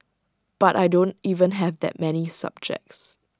but I don't even have that many subjects